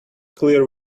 clear